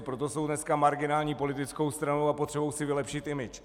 Proto jsou dneska marginální politickou stranou a potřebují si vylepšit image.